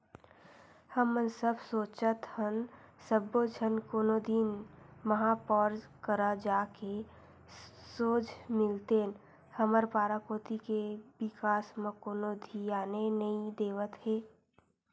हमन सब सोचत हन सब्बो झन कोनो दिन महापौर करा जाके सोझ मिलतेन हमर पारा कोती के बिकास म कोनो धियाने नइ देवत हे